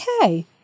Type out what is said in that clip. okay